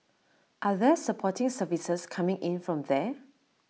are there supporting services coming in from there